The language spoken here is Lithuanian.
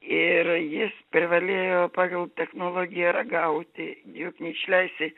ir jis privalėjo pagal technologiją ragauti juk neišleisi